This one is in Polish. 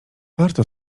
warto